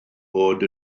bod